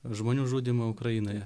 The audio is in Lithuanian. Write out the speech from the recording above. žmonių žudymą ukrainoje